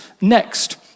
next